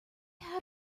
had